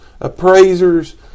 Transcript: appraisers